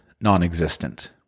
non-existent